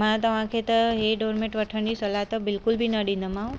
मां तव्हांखे त हीअ डोरमेट वठण जी सलाहु त बिल्कुलु बि न ॾिंदीमाव